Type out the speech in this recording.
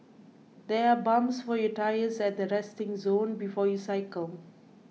there are pumps for your tyres at the resting zone before you cycle